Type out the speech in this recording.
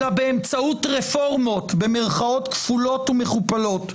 אלא באמצעות "רפורמות" במירכאות כפולות ומכופלות,